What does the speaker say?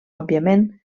òbviament